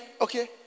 okay